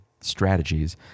strategies